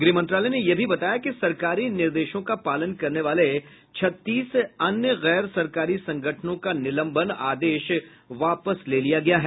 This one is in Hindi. गृह मंत्रालय ने यह भी बताया कि सरकारी निर्देशों का पालन करने वाले छत्तीस अन्य गैर सरकारी संगठनों का निलंबन आदेश वापस ले लिया गया है